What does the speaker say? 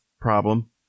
problem